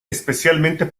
especialmente